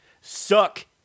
suck